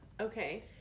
Okay